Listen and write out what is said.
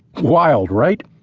wild right?